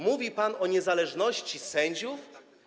Mówi pan o niezależności sędziów?